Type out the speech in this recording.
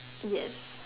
yes